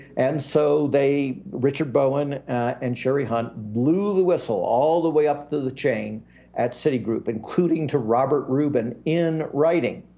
and so they, richard bowen and sherry hunt blew the whistle all the way up the the chain at citigroup, including to robert rubin, in writing.